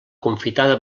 confitada